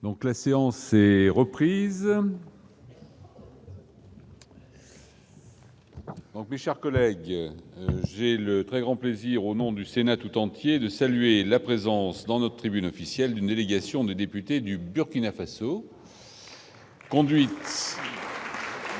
Donc, la séance est reprise. Richard collègues, j'ai le très grand plaisir au nom du Sénat tout entier de saluer la présence dans l'autre tribune officielle d'une délégation de députés du Burkina Faso. Conduite.